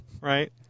right